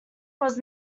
was